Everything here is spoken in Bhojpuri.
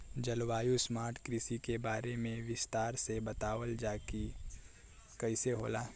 जलवायु स्मार्ट कृषि के बारे में विस्तार से बतावल जाकि कइसे होला?